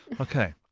Okay